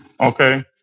Okay